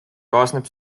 kaasneb